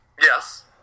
Yes